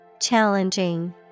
Challenging